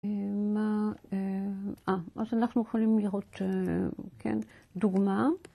אז אנחנו יכולים לראות דוגמא.